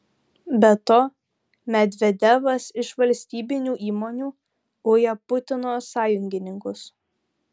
be to medvedevas iš valstybinių įmonių uja putino sąjungininkus